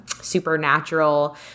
Supernatural